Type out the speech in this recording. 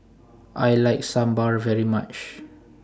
I like Sambar very much